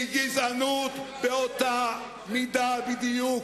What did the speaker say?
היא גזענות באותה מידה בדיוק.